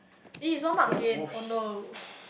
it is one mark gain oh no